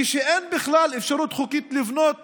כשאין בכלל אפשרות חוקית לבנות